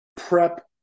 prep